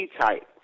type